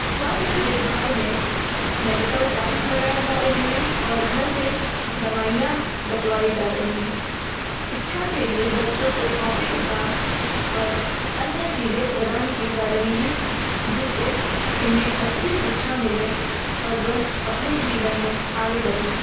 स्वास्थ्य देखभाल में मेडिकल कैंम्स लगाए जा रहे हैं और घर पर दवाइयाँ बटवाई जा रही हैं शिक्षा के लिए बच्चों को कॉपी किताब और अन्य चीज़ें प्रदान की जा रही हैं जिस से उन्हें अच्छी शिक्षा मिले और वह अपने जीवन में आगे बढ़ें